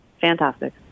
fantastic